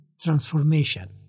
transformation